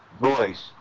voice